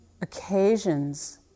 occasions